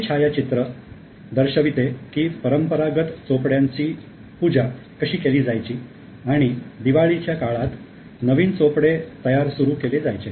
हे छायाचित्र दर्शविते कि परंपरागत चोपड्यांची पूजा कशी केली जायची आणि दिवाळीच्या काळात नवीन चोपडे नंतर सुरू केले जायचे